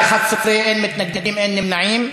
בעד, 11, אין מתנגדים, אין נמנעים.